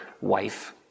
wife